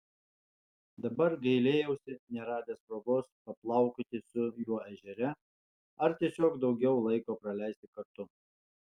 dabar gailėjausi neradęs progos paplaukioti su juo ežere ar tiesiog daugiau laiko praleisti kartu